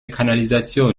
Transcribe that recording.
kanalisation